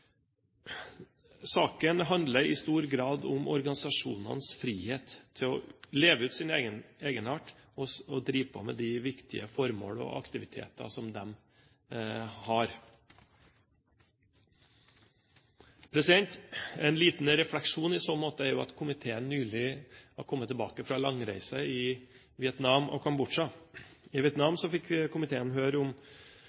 Saken handler i stor grad om organisasjonenes frihet til å leve ut sin egenart og til å drive på med de viktige formål og aktiviteter som de har. En liten refleksjon i så måte er at komiteen nylig har kommet tilbake fra langreise i Vietnam og Kambodsja. I Vietnam